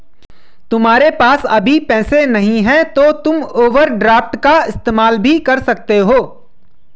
तुम्हारे पास अभी पैसे नहीं है तो तुम ओवरड्राफ्ट का इस्तेमाल भी कर सकते हो